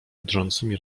drżącymi